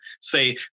say